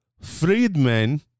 Friedman